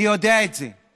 אני יודע את זה.